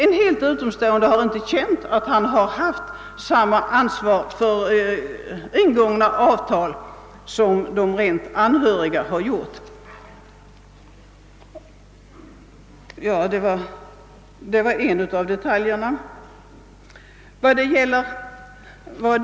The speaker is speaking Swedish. En helt utomstående person har inte känt samma ansvar för ingångna avtal som de anhöriga till den ursprunglige ägaren haft. Detta var en av detaljerna i detta sammanhang.